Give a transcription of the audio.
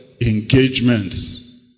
Engagements